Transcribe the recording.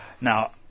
Now